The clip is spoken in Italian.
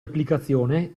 applicazione